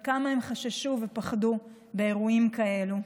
וכמה הם חששו ופחדו באירועים כאלו.